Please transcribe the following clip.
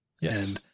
yes